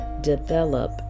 Develop